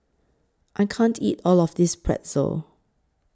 I can't eat All of This Pretzel